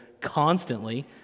constantly